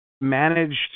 managed